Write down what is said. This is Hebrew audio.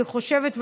אני חושבת,